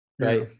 right